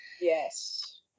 Yes